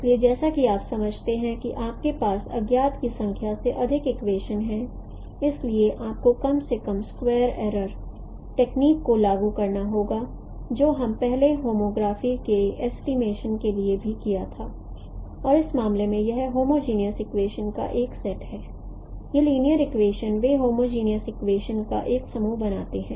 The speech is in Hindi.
इसलिए जैसा कि आप समझते हैं कि आपके पास अज्ञात की संख्या से अधिक इक्वेशनस हैं इसलिए आपको कम से कम स्क्वेयर एरर टेक्निक को लागू करना होगा जो हमने पहले होमोग्राफी के एस्टीमेशंन के लिए भी किया था और इस मामले में यह होमोजनियस इक्वेशनस का एक सेट है ये लिनियर इक्वेशनस वे होमोजनियस लिनियर इक्वेशनस का एक समूह बनाते हैं